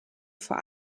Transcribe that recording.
vor